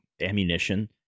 ammunition